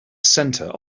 centre